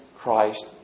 Christ